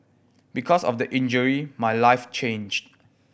because of the injury my life changed